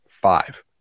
five